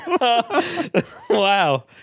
Wow